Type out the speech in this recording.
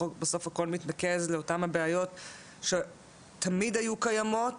בסוף הכול מתנקז לאותן הבעיות שתמיד היו קיימות